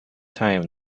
time